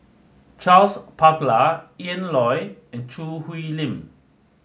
Charles Paglar Lan Loy and Choo Hwee Lim